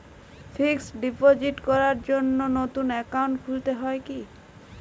Fix deposit করার জন্য নতুন অ্যাকাউন্ট খুলতে হয় কী?